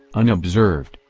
unobserved,